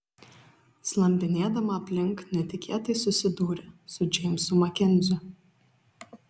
slampinėdama aplink netikėtai susidūrė su džeimsu makenziu